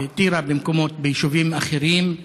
בטירה וביישובים אחרים,